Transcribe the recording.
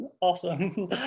awesome